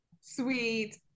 sweet